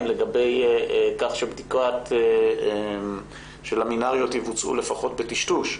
לגבי כך שלמינאריות יבוצעו לפחות בטשטוש.